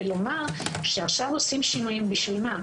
ולומר, שעכשיו עושים שינויים בשביל מה?